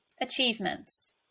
achievements